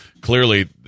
clearly